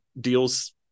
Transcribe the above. deals